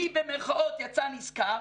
מי "יצא נשכר"?